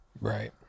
Right